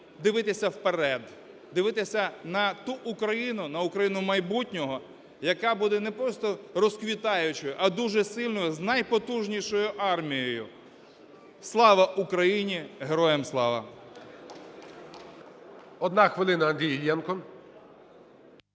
дивитися вперед, дивитися на ту Україну, на Україну майбутнього, яка буде не просто розквітаючою, а дуже сильною з найпотужнішою армією. Слава Україні! Героям слава! ГОЛОВУЮЧИЙ. Одна хвилина, Андрій Іллєнко.